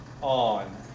on